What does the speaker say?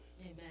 Amen